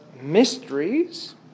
mysteries